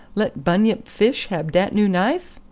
let bunyip fis have dat noo knife?